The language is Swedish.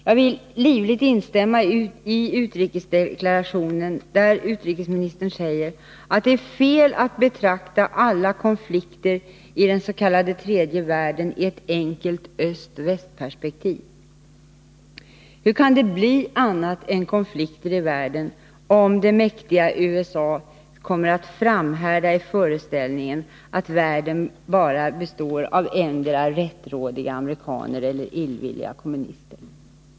Jag vill livligt instämma i utrikesdeklarationen där utrikesministern säger att det är fel att betrakta alla konflikter i den s.k. tredje världen i ett enkelt Öst-västperspektiv. Hur kan det bli annat än konflikter i världen, om det mäktiga USA framhärdar i föreställningen att världen bara består av endera rättrådiga amerikaner eller illvilliga kommunister?